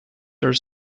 are